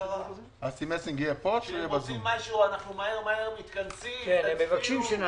כשהם רוצים משהו, אנחנו מהר מהר מתכנסים, תצביעו.